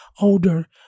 older